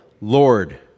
Lord